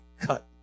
cut